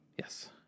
Yes